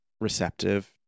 receptive